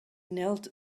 knelt